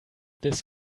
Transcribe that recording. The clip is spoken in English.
this